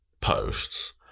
posts